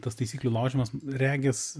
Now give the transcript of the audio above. tas taisyklių laužymas regis